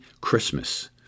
Christmas